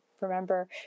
remember